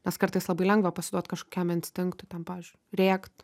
nes kartais labai lengva pasiduot kažkokiam instinktui ten pavyzdžiui rėkt